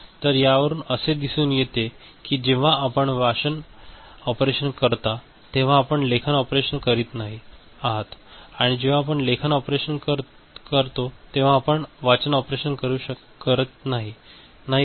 तर यावरून असे दिसून येते की जेव्हा आपण वाचन ऑपरेशन करता तेव्हा आपण लेखन ऑपरेशन करीत नाही आहात आणि जेव्हा आपण लेखन ऑपरेशन करतो तेव्हा आपण वाचन ऑपरेशन करत नाही नाही का